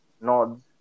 nods